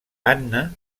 anna